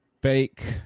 bake